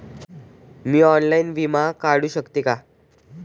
मी online विमा काढू शकते का?